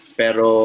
pero